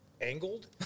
angled